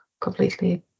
completely